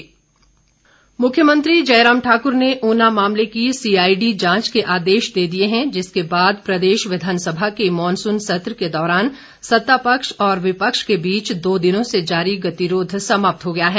विधानसभा मुख्यमंत्री जयराम ठाक्र ने ऊना मामले की सीआईडी जांच के आदेश दे दिए हैं जिसके बाद प्रदेश विधानसभा के मॉनसून सत्र के दौरान सत्ता पक्ष व विपक्ष के बीच दो दिनों जारी गतिरोध समाप्त हो गया है